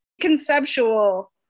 conceptual